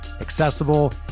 accessible